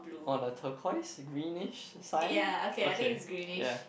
on the turquoise greenish sign okay ya